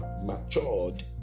matured